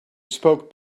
spoke